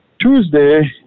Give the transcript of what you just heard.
Tuesday